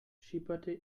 schipperte